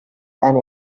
and